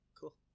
Cool